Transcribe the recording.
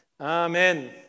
Amen